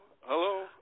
Hello